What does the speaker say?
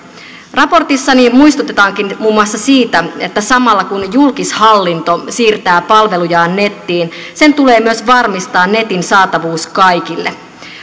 raportissani muistutetaankin muun muassa siitä että samalla kun julkishallinto siirtää palvelujaan nettiin sen tulee myös varmistaa netin saatavuus kaikille